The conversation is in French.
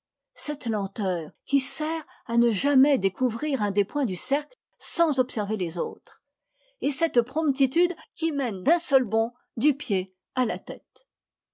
cette lenteur qui sert à ne jamais découvrir un des points du cercle sans observer les autres et cette promptitude qui mène d'un seul bond du pied à la tête